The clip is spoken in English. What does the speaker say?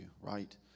right